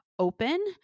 open